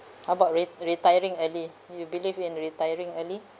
how about re~ retiring early you believe in retiring early